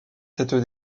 cette